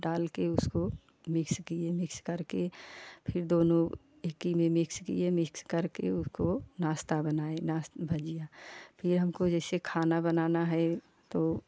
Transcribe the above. सब डाल के उसको मिक्स किये मिक्स करके फिर दोनों एक ही मिक्स किये मिक्स करके उसको नाश्ता बनाए नाश्ता भाजियाँ फिर हमको जैसे खाना बनाना है तो